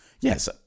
yes